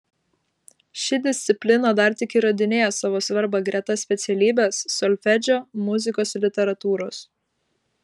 ši disciplina dar tik įrodinėja savo svarbą greta specialybės solfedžio muzikos literatūros